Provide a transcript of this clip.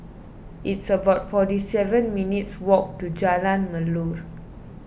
it's about forty seven minutes walk to Jalan Melor